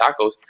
tacos